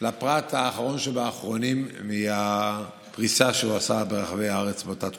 לפרט האחרון שבאחרונים מהפריסה שהוא עשה ברחבי הארץ באותה תקופה.